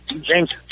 James